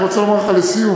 אני רוצה לומר לך לסיום,